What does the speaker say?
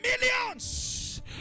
millions